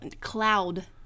cloud